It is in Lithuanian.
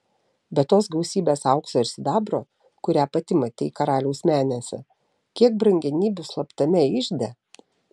be tos gausybės aukso ir sidabro kurią pati matei karaliaus menėse kiek brangenybių slaptame ižde